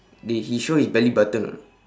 they he show his belly button or not